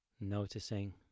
Noticing